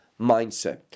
mindset